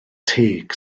teg